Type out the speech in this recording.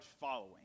following